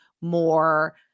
more